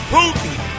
Putin